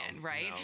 right